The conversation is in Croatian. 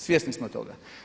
Svjesni smo toga.